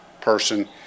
person